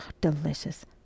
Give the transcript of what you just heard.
Delicious